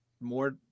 more